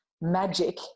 magic